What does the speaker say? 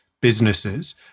businesses